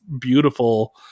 beautiful